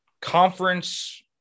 conference